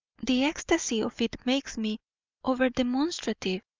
the ecstasy of it makes me over-demonstrative.